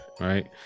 Right